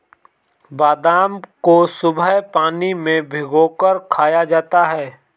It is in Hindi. बादाम को सुबह पानी में भिगोकर खाया जाता है